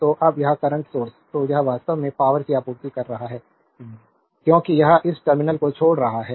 तो अब यह करंट सोर्स तो यह वास्तव में पावरकी आपूर्ति कर रहा है क्योंकि यह इस टर्मिनल को छोड़ रहा है